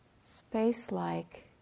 space-like